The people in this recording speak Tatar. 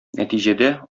нәтиҗәдә